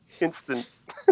instant